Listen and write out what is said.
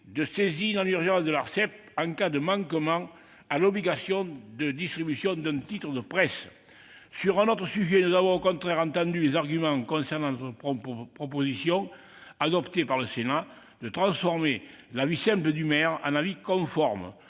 de saisine en urgence de l'Arcep en cas de manquement à l'obligation de distribution d'un titre de presse. À l'inverse, nous avons entendu les arguments concernant notre proposition, adoptée par le Sénat, de transformer l'avis simple des maires en avis conforme,